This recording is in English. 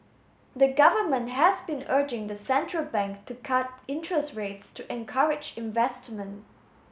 the government has been urging the central bank to cut interest rates to encourage investment